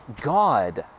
God